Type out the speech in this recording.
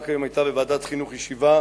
רק היום היתה ישיבה בוועדת החינוך שדנה